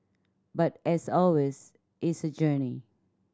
but as always it's a journey